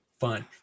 fun